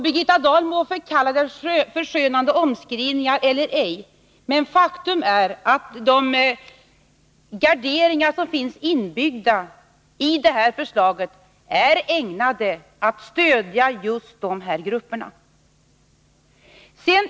Birgitta Dahl må kalla det förskönande omskrivningar eller ej, men faktum är att de garderingar som finns inbyggda i det här förslaget är ägnade att skydda just de grupperna.